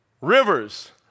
rivers